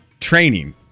Training